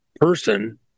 person